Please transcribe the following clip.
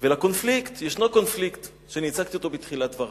יש קונפליקט שהצגתי אותו בתחילת דברי.